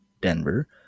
Denver